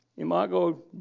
Imago